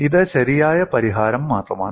ഇത് ശരിയായ പരിഹാരം മാത്രമാണ്